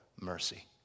mercy